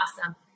awesome